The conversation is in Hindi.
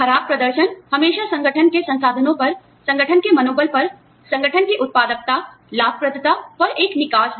खराब प्रदर्शन हमेशा संगठन के संसाधनों पर संगठन के मनोबल पर संगठन की उत्पादकता लाभप्रदता पर एक निकास है